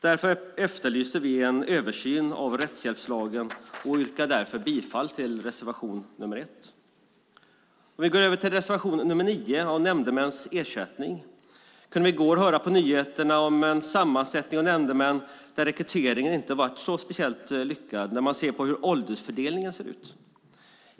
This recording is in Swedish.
Därför efterlyser vi en översyn av rättshjälpslagen och yrkar bifall till reservation 1. Jag går nu över till reservation 9 om nämndemäns ersättning. I går kunde vi höra på nyheterna om en sammansättning av nämndemän där rekryteringen inte varit speciellt lyckad sett till åldersfördelningen.